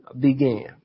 began